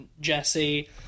Jesse